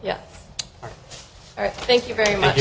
yes thank you very much